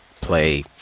play